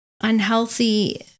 unhealthy